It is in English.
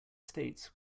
states